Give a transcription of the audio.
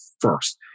first